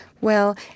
Well